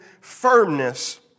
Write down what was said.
firmness